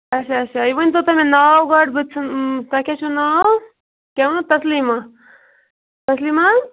اچھا اچھا یہِ ؤنۍ تو تُہۍ مےٚ ناو گۄڈٕ بہٕ ژھٕنہٕ اۭں تۄہہِ کیٛاہ چھو ناو کیٛاہ ووٚنو تسلیٖما تسلیٖما حظ